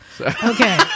Okay